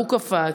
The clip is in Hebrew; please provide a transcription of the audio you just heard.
הוא קפץ,